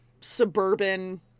suburban